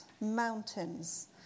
mountains